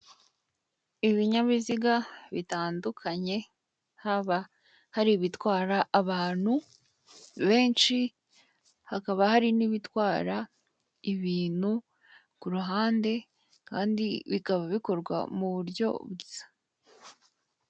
Ibi binyabiziga bitandukanye haba hari ibitwara abantu benshi, hakaba hari n'ibitwara ibintu kuruhande kandi bikaba bikorwa muburyo busa.